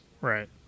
right